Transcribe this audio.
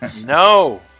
No